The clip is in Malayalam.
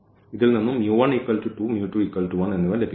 ഇതിൽ നിന്നും എന്നിവ ലഭിക്കുന്നു